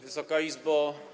Wysoka Izbo!